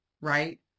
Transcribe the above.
Right